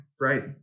right